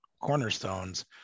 cornerstones